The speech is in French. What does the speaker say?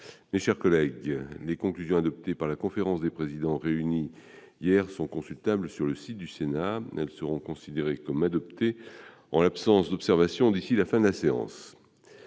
les réserves d'usage. Les conclusions adoptées par la conférence des présidents réunie hier sont consultables sur le site du Sénat. Elles seront considérées comme adoptées en l'absence d'observations d'ici à la fin de la séance.-